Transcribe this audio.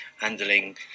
handling